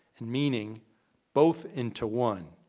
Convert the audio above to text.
and meaning both into one,